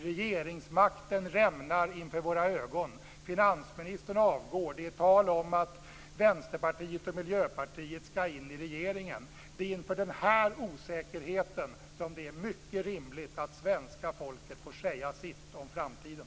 Regeringsmakten rämnar inför våra ögon, finansministern avgår, och det är tal om att Vänsterpartiet och Miljöpartiet skall in i regeringen. Det är inför denna osäkerhet som det är mycket rimligt att svenska folket får säga sitt om framtiden.